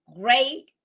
great